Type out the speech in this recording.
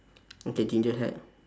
okay ginger hair